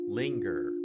linger